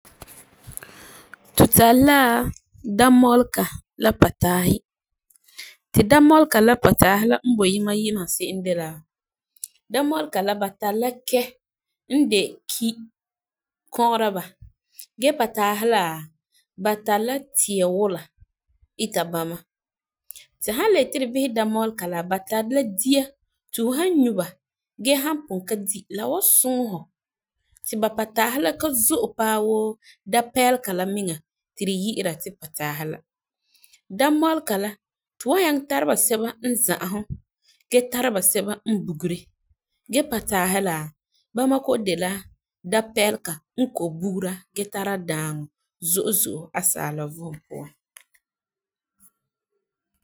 Tu tari la damɔlɔga la pataahi. Ti damɔlega la pataasi la n boi yima yima se'em de la damɔlega la ba tari la kɛ n de ki kɔgera ba gee pataasi la ba tari la tia wula ita ba bama. Tu san le yeti tu bisɛ damɔlega ba, ba tari dia ti fu san nyɔ ba gee han pugum ka di la wan suŋɛ hu ti ba pataahi la ka zo'e paɛ wuu dapeelega la miŋa ti tu yi'ira ti pataahi la. Damɔlega la tu wan nyaŋɛ tara basɛba n za'ahum gee tara ba sɛba n bugeri gee pataasi la, bama kɔ'ɔ dɛna la dapeelega n ko bugera gee tara daaŋɔ zo'e zo'e asaala vom puan.